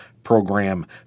program